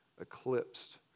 eclipsed